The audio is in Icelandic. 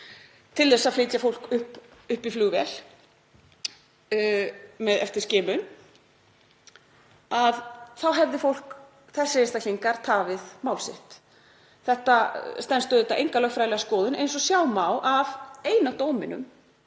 til að flytja fólk upp í flugvél eftir skimun, að þá hefði fólk, þessir einstaklingar, tafið mál sitt. Þetta stenst auðvitað enga lögfræðilega skoðun eins og sjá má af eina dóminum